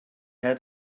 had